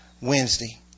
Wednesday